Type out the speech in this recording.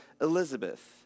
Elizabeth